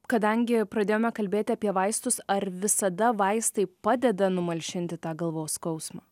kadangi pradėjome kalbėti apie vaistus ar visada vaistai padeda numalšinti tą galvos skausmą